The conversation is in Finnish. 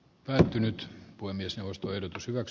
päättynyt poimiessa ostoedut pysyvät